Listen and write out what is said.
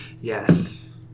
Yes